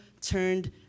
turned